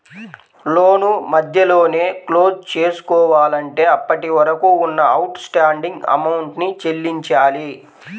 లోను మధ్యలోనే క్లోజ్ చేసుకోవాలంటే అప్పటివరకు ఉన్న అవుట్ స్టాండింగ్ అమౌంట్ ని చెల్లించాలి